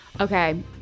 Okay